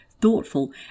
thoughtful